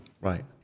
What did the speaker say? Right